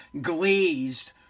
glazed